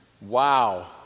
Wow